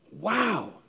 Wow